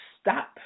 stop